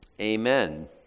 Amen